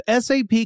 SAP